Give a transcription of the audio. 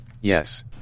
Yes